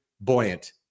buoyant